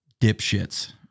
Dipshits